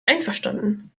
einverstanden